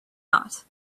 not